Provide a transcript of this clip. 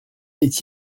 est